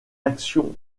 actions